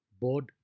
Board